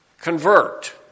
Convert